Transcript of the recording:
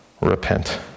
repent